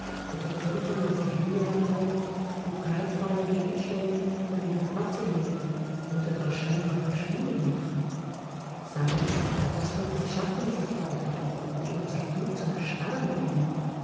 oder körperlose hände auftauchen und greifbare gegenstände von ihrem platze nehmen oder gar scheinbar verschwinden machen sei es daß dunkle schatten sichtbar werden die unser blut zum erstarren bringen